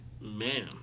Man